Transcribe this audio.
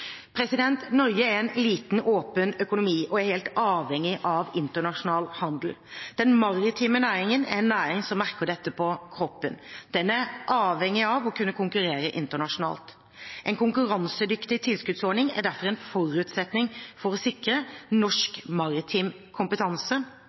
Norge er en liten, åpen økonomi og er helt avhengig av internasjonal handel. Den maritime næringen er en næring som merker dette på kroppen, den er avhengig av å kunne konkurrere internasjonalt. En konkurransedyktig tilskuddsordning er derfor en forutsetning for å sikre